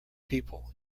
people